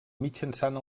mitjançant